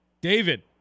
david